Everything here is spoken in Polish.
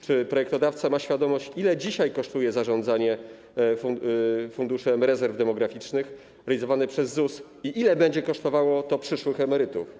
Czy projektodawca ma świadomość, ile dzisiaj kosztuje zarządzanie Funduszem Rezerwy Demograficznej realizowane przez ZUS i ile będzie to kosztowało przyszłych emerytów?